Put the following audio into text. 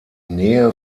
nähe